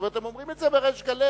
זאת אומרת, הם אומרים את זה בריש גלי.